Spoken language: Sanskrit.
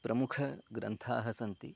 प्रमुखग्रन्थाः सन्ति